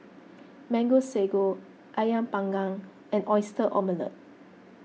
Mango Sago Ayam Panggang and Oyster Omelette